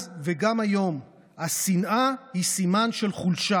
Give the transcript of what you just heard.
אז וגם היום השנאה היא סימן של חולשה,